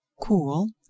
cool